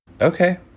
Okay